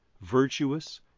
virtuous